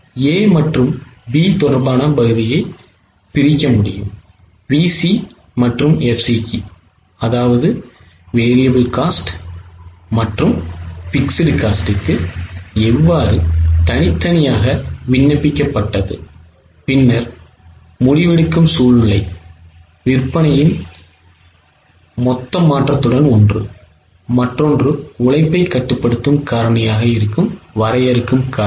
A மற்றும் B தொடர்பான பகுதியை பிரிக்க முடியும் VC மற்றும் FCக்கு எவ்வாறு தனித்தனியாக விண்ணப்பிக்கப்பட்டது பின்னர் முடிவெடுக்கும் சூழ்நிலை விற்பனையின் மொத்த மாற்றத்துடன் ஒன்று மற்றொன்று உழைப்பைக் கட்டுப்படுத்தும் காரணியாக இருக்கும் வரையறுக்கும் காரணி